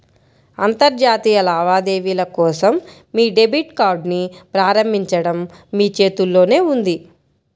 అంతర్జాతీయ లావాదేవీల కోసం మీ డెబిట్ కార్డ్ని ప్రారంభించడం మీ చేతుల్లోనే ఉంది